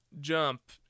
jump